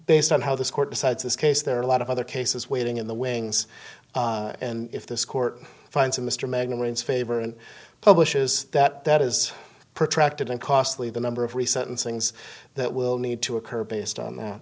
based on how this court decides this case there are a lot of other cases waiting in the wings and if this court finds mr magnan wins favor and publishes that that is protracted and costly the number of recent things that will need to occur based on